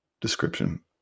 description